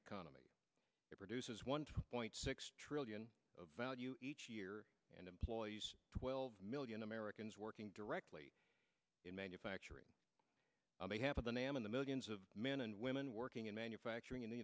economy it produces one point six trillion of value each year and employees twelve million americans working directly in manufacturing they have the namin the millions of men and women working in manufacturing in the